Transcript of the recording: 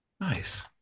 Nice